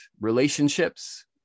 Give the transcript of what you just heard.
relationships